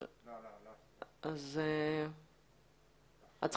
אני לא מדברת על משקים אחרים שם יש את רוב הבעיות,